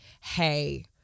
hey